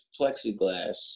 plexiglass